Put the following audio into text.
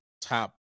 top